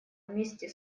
вместе